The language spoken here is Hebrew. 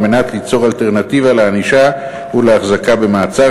מנת ליצור אלטרנטיבה לענישה ולהחזקה במעצר,